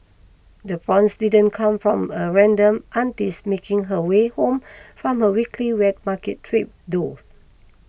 the prawns didn't come from a random auntie's making her way home from her weekly wet market trip though